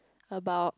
about